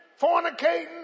fornicating